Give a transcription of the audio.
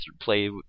play